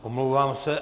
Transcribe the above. Omlouvám se.